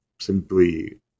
simply